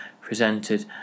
presented